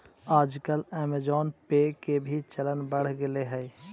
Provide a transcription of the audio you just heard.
आजकल ऐमज़ान पे के भी चलन बढ़ गेले हइ